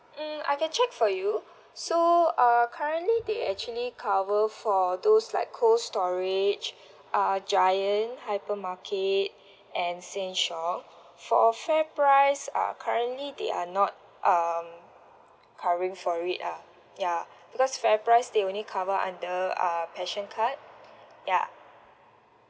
mm I can check for you so uh currently they actually cover for those like cold storage uh giant hypermarket and Sheng Siong for Fairprice uh currently they are not um covering for it ah ya because fair price they only cover under uh pension card ya